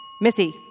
Missy